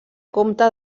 compte